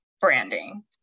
branding